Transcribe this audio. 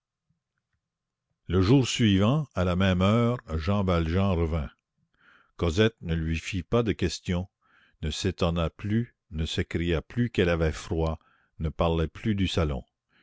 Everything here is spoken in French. le jour suivant à la même heure jean valjean revint cosette ne lui fit pas de questions ne s'étonna plus ne s'écria plus qu'elle avait froid ne parla plus du salon